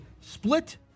split